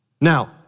Now